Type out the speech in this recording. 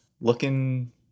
looking